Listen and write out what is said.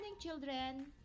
children